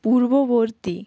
পূর্ববর্তী